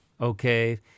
Okay